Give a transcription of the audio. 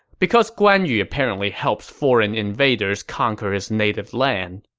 because guan yu apparently helps foreign invaders conquer his native land.